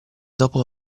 dopo